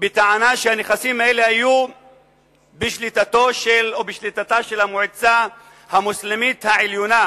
שהנכסים האלה היו בשליטתה של המועצה המוסלמית העליונה